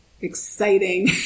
exciting